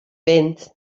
fynd